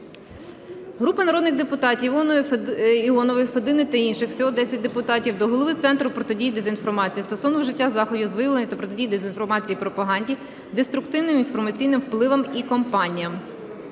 Групи народних депутатів (Іонової, Федини та інших. Всього 10 депутатів) до Голови Центру протидії дезінформації стосовно вжиття заходів з виявлення та протидії дезінформації і пропаганді, деструктивним інформаційним впливам і кампаніям.